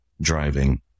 driving